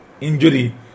injury